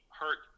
hurt